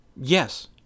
yes